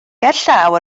gerllaw